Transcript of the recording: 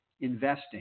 investing